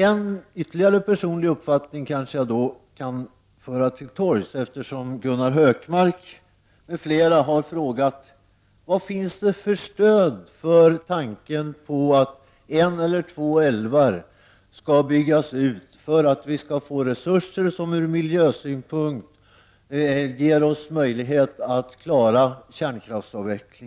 En ytterligare personlig uppfattning kanske jag kan föra till torgs, eftersom Gunnar Hökmark m.fl. har frågat: Vad finns det för stöd för tanken på att en eller två älvar skall byggas ut för att vi skall få resurser som möjliggör kärnkraftsavvecklingen ur